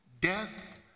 death